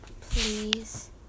please